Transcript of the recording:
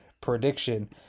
prediction